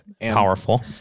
Powerful